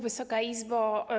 Wysoka Izbo!